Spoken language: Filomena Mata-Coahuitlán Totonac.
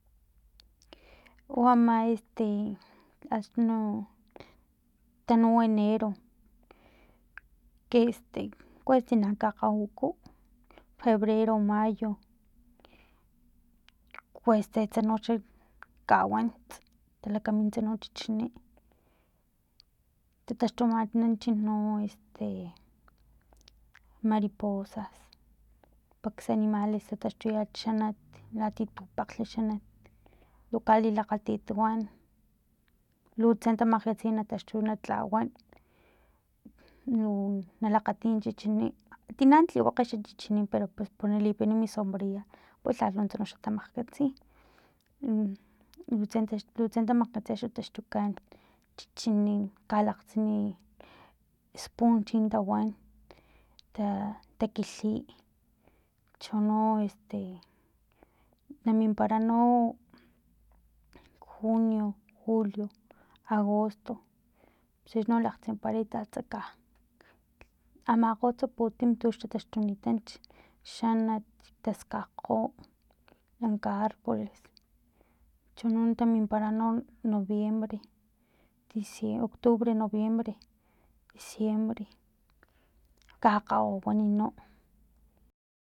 U ama este axni no tanu enero keste kues tina kgawiwiku febrero mayo kuese tse no kawants talakamintsa tina chichinin tataxtumananch no este mariposas pakx animales ta taxtuyacha latia tu paklh xanat lu kalilakgatit tawan lu tse tamakgkatsi taxtux na tlawan lu na lakgatiy chichini tina tliwakg xa chichini pero pues nalipin mi sombrilla pe lhalh nuntsa noxa tamakgatsi lu tsen tamagkatsi axni titaxtukan chichini kalaktsin espun chintawan ta takilhi chono este mimpara no junio julio agosto pus uno lakgtsimparay tsatsa ka amakgotsa putim tux tataxtunitanch xanat taskajkgolh lanka arboles chono tamimpara no noviembre dicie octubre no noviembre diciembre kakgawiwiwan no